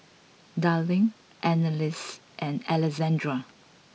Darline Anneliese and Alexandra